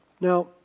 Now